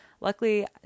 luckily